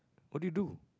what do you do